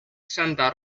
santa